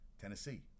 Tennessee